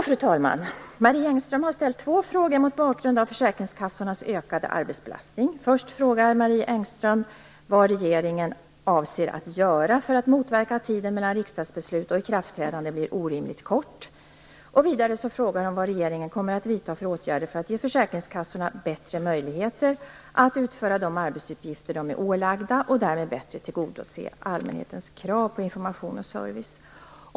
Fru talman! Marie Engström har ställt två frågor mot bakgrund av försäkringskassorna ökade arbetsbelastning. Först frågar hon vad regeringen avser att göra för att motverka att tiden mellan riksdagsbeslut och ikraftträdande blir orimligt kort. Vidare frågar hon vad regeringen kommer att vidta för åtgärder för att ge försäkringskassorna bättre möjligheter att utföra de arbetsuppgifter de är ålagda och därmed bättre tillgodose allmänhetens krav på information och service.